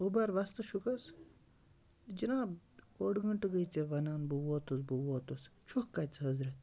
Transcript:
اُبَر وۄستہٕ چھُکھ حظ جِناب اوٚڑ گٲنٛٹہٕ گٔیے ژےٚ وَنان بہٕ ووتُس بہٕ ووتُس چھُکھ کَتہٕ ژٕ حضرت